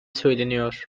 söyleniyor